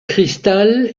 crystal